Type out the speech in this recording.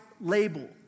label